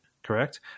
Correct